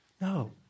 No